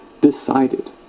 decided